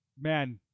Man